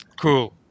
Cool